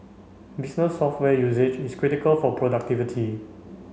business software usage is critical for productivity